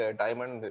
diamond